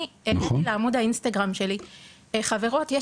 אני העליתי לעמוד האינסטגרם שלי הודעה שיש